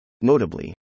Notably